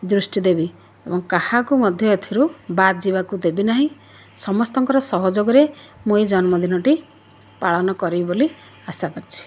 ଦୃଷ୍ଟି ଦେବି ଏବଂ କାହାକୁ ମଧ୍ୟ ଏଥିରୁ ବାଦ ଯିବାକୁ ଦେବି ନାହିଁ ସମସ୍ତଙ୍କର ସହଯୋଗରେ ମୁଁ ଏଇ ଜନ୍ମ ଦିନଟି ପାଳନ କରିବି ବୋଲି ଆଶା କରିଛି